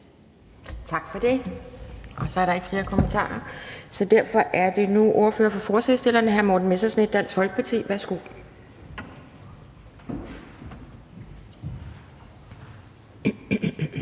Tak for det. Der er ikke flere kommentarer, så derfor er det nu ordføreren for forslagsstillerne, hr. Morten Messerschmidt, Dansk Folkeparti. Værsgo.